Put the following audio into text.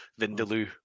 Vindaloo